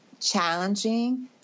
challenging